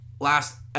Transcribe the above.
last